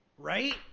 Right